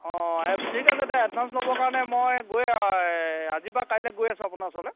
অঁ অঁ ঠিক আছে দে এডভান্স ল'ব কাৰণে মই গৈ আজি বা কাইলৈ গৈ আছোঁ আপোনাৰ ওচৰলৈ